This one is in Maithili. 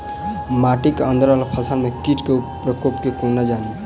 माटि केँ अंदर वला फसल मे कीट केँ प्रकोप केँ कोना जानि?